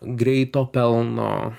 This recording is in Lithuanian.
greito pelno